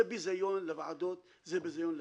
זה ביזיון לוועדות, זה ביזיון לכנסת.